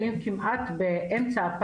היא אומרת: